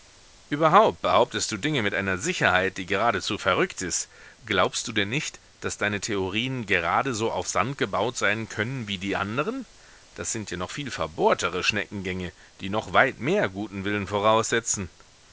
überhaupt behauptest du dinge mit einer sicherheit die geradezu verrückt ist glaubst du denn nicht daß deine theorien gerade so auf sand gebaut sein können wie die anderen das sind ja noch viel verbohrtere schneckengänge die noch weit mehr guten willen voraussetzen